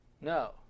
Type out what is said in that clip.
No